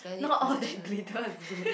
not all that glitter is good